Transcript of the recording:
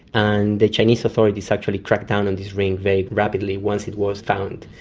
and the chinese authorities actually cracked down on this ring very rapidly once it was found.